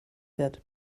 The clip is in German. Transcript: wird